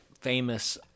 famous